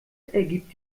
ergibt